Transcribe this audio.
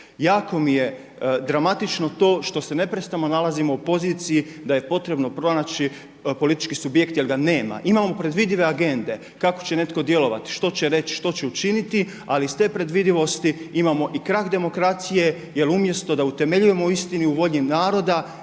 Jako mi je dramatično to što se neprestano nalazimo u poziciji da je potrebno pronaći politički subjekt jel ga nema. imamo predvidive agende kako će neko djelovati, što će reći, što će učiniti, ali iz te predvidivosti imamo i krah demokracije jel da umjesto utemeljujemo istinu u volji naroda